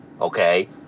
Okay